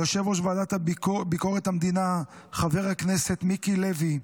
ליושב-ראש ועדת ביקורת המדינה חבר הכנסת מיקי לוי,